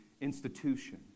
institution